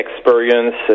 experience